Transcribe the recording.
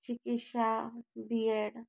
चिकित्सा बीएड